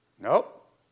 Nope